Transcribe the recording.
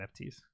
NFTs